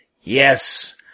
Yes